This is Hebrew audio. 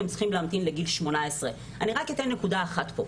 הם צריכים להמתין לגיל 18. אני רק אתן נקודה אחת פה: